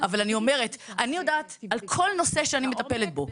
אני יודעת על כל נושא שאני מטפלת בו,